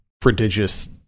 prodigious